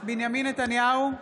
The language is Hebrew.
בנימין נתניהו,